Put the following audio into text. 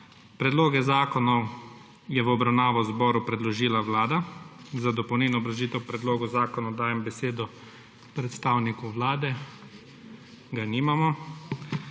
Predloge zakonov je v obravnavo zboru predložila Vlada. Za dopolnilno obrazložitev predlogov zakonov dajem besedo predstavniku Vlade. Ga nimamo.